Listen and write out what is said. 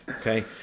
Okay